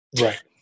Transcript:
Right